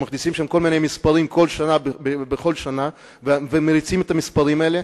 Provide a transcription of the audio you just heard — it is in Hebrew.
שמכניסים בו כל מיני מספרים בכל שנה ושנה ומריצים את המספרים האלה,